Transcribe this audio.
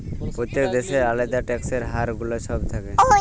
প্যত্তেক দ্যাশের আলেদা ট্যাক্সের হার গুলা ছব থ্যাকে